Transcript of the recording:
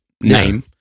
name